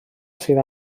sydd